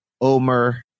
Omer